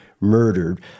murdered